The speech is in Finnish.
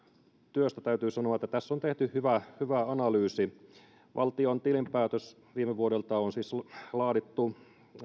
työstä täytyy sanoa että tässä on tehty hyvä hyvä analyysi valtion tilinpäätös viime vuodelta on siis laadittu